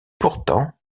pourtant